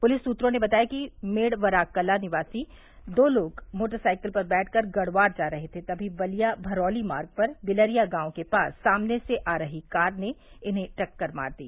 police सूत्रों ने बताया कि मेड़वराकला निवासी दो लोग मोटरसाइकिल पर बैठकर गड़वार जा रहे थे तभी बलिया भरौली मार्ग पर बिलरिया गांव के पास सामने से आ रही कार ने इन्हें टक्कर मार दी